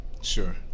Sure